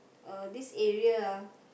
uh this area ah